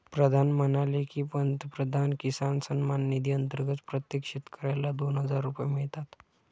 प्रधान म्हणाले की, पंतप्रधान किसान सन्मान निधी अंतर्गत प्रत्येक शेतकऱ्याला दोन हजार रुपये मिळतात